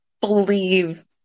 believe